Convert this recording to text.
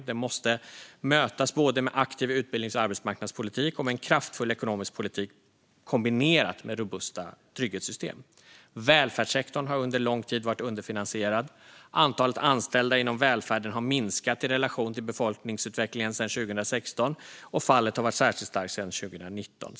Det måste mötas både med en aktiv utbildnings och arbetsmarknadspolitik och med en kraftfull ekonomisk politik kombinerat med robusta trygghetssystem. Välfärdssektorn har under lång tid varit underfinansierad. Antalet anställda inom välfärden har minskat i relation till befolkningsutvecklingen sedan 2016, och fallet har varit särskilt stort sedan 2019.